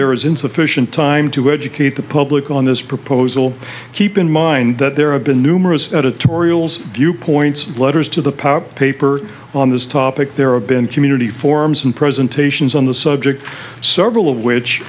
there is insufficient time to educate the public on this proposal keep in mind that there have been numerous editorials viewpoints letters to the power paper on this topic there are been community forums and presentations on the subject several of which